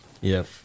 yes